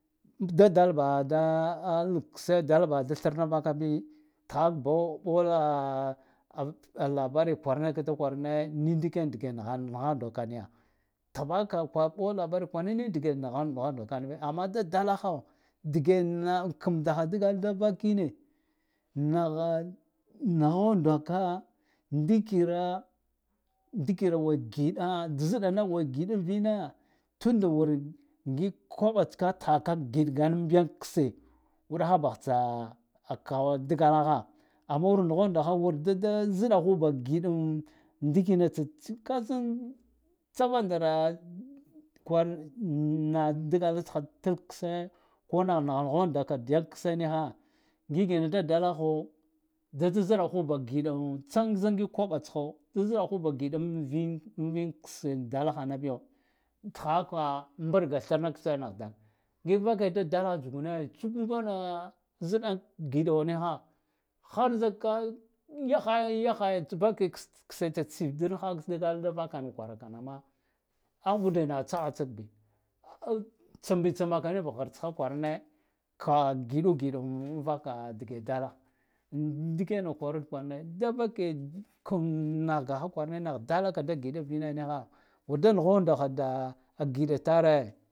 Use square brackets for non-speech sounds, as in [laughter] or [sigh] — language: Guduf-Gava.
"D-dal” baha da kse dal baha da thrna vakabi tkhahak bo ɓo [hesitation] a labari kwarane kda kwarane ni ndiken dge “naghan-nghadaka niya tkhbahaka ɓo labari kwarana ni dge [unintelligible] amma da dalaho age na kam daha dgal da vakine nagha nghondaka ndikira ndikira wur giɗa zɗagh wur giɗa vine tuna wur ngik koɓatska tkhakak giɗgan biyank kse uɗaha baghfskha ka dgalaha amma wur nghondakha wur “d-da zɗkhu ba giɗan ndikina tsats kasan tsavandara kwaran [hesitation] na dgal tskha da tikse konagh naghondaka dayan kse nikha ngigena da dalaho da da ziɗahu ba kiɗan ztsa zan ngik kobatsho da zɗahuba giɗa vin vinkse dalahana biyo tkhahaka mbaɗga thrna kse naku dan ngik vaka da dalha tsugune tsuk kwaɗa ziɗan giɗo niha har zika yaghay yakhay vakets kskse tsit dinha dgal da vakena kwaraka nama aghbude nakha tsakha tskbi [hesitation] tsambitsamaka niv ghirtsa kwarane kagiɗugiɗam avaka dge dalah indikena kwarud kwarane davake kan naghaha kwarane nagh dalaka da gida vine nigha wurda ngondaha [hesitation] agiɗatare.